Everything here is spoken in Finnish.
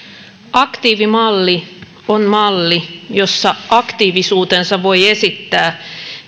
aktiivimalli on malli jossa aktiivisuutensa voi esittää